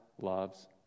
loves